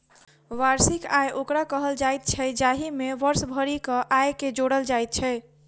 वार्षिक आय ओकरा कहल जाइत छै, जाहि मे वर्ष भरिक आयके जोड़ल जाइत छै